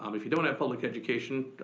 um if you don't have public education,